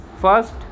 First